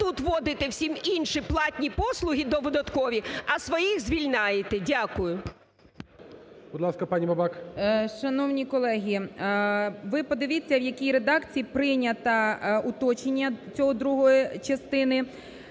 тут вводите всім інші платні послуги додаткові, а своїх звільняєте. Дякую.